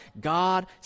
God